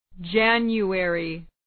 January